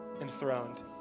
enthroned